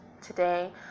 today